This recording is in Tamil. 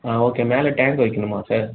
ஆ ஓகே மேலே டேங்க் வைக்கணுமா சார்